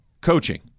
Coaching